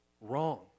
wrong